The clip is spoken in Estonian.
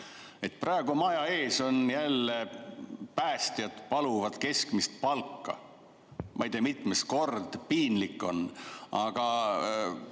Praegu on maja ees jälle päästjad, paluvad keskmist palka, ma ei tea, mitmes kord. Piinlik on! Aga